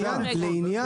לעניין,